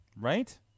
Right